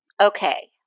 Okay